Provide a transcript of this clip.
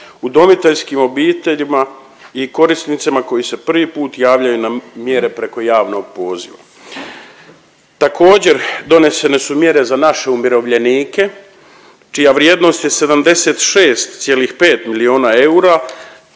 udomiteljskim obiteljima i korisnicima koji se prvi put javljaju na mjere preko javnog poziva. Također, donosene su mjere za naše umirovljenike čija vrijednost je 76,5 miliona eura